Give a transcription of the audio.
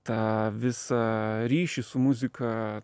tą visą ryšį su muzika